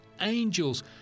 angels